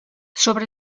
sobre